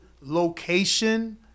location